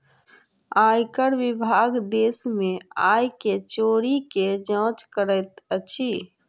आयकर विभाग देश में आय के चोरी के जांच करैत अछि